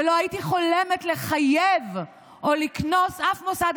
ולא הייתי חולמת לחייב או לקנוס אף מוסד